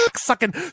Sucking